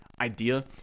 idea